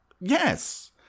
Yes